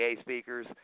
speakers